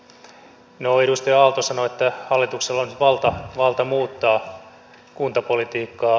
no edustaja aalto sanoi että hallituksella olisi valta muuttaa kuntapolitiikkaa